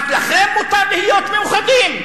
רק לכם מותר להיות מאוחדים,